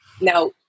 Now